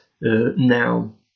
Now